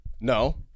No